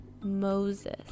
moses